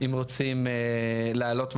אם רוצים לעלות מדרגה,